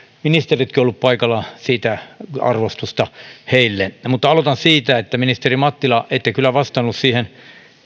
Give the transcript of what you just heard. ministeritkin olleet paikalla siitä arvostusta heille aloitan siitä että ministeri mattila ette kyllä vastannut siihen